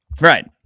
Right